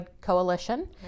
Coalition